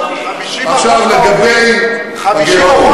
אבל 50% מהעובדים, עכשיו לגבי הגירעון.